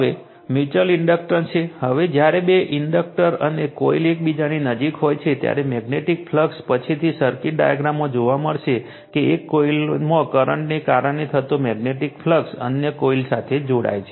હવે mutual inductance છે હવે જ્યારે બે ઇન્ડક્ટર અથવા કોઇલ એકબીજાની નજીક હોય છે ત્યારે મેગ્નેટિક ફ્લક્સ પાછળથી સર્કિટ ડાયાગ્રામમાં જોવા મળશે એક કોઇલમાં કરંટને કારણે થતો મેગ્નેટિક ફ્લક્સ અન્ય કોઇલ સાથે જોડાય છે